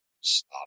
stop